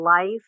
life